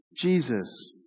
Jesus